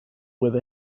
with